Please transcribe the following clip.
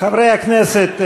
חברי הכנסת,